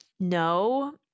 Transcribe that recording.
No